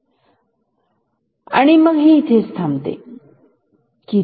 आणि मग ते इथेच थांबेलकिती वेळ